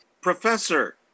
Professor